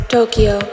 Tokyo